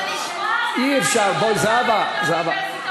אבל לשמוע או לראות בטלוויזיה,